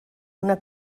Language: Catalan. una